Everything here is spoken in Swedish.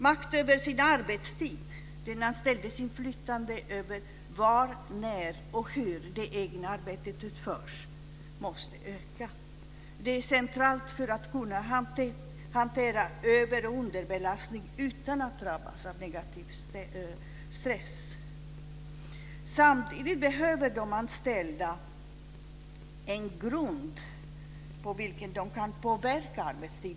Makt över sin arbetstid, den anställdes inflytande över var, när och hur det egna arbetet utförs, måste öka. Det är centralt för att kunna hantera över och underbelastning utan att drabbas av negativ stress. Samtidigt behöver de anställda en grund att stå på för att kunna påverka arbetstiden.